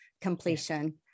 completion